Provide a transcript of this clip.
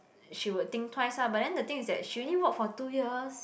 she would think twice ah but then the thing is that she only work for two years